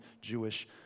Jewish